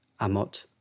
Amot